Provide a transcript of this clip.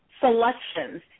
selections